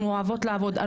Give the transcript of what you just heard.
אנחנו אוהבות לעבוד,